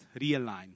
realign